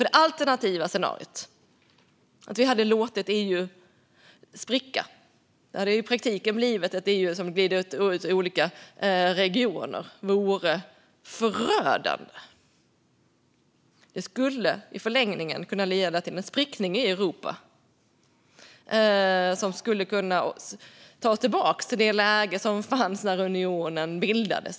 Det alternativa scenariot hade varit att vi låtit EU spricka. Det hade i praktiken blivit ett EU med olika regioner. Det vore förödande. Det skulle i förlängningen kunna leda till en spricka i Europa. Det skulle kunna ta oss tillbaka till det läge som fanns när unionen bildades.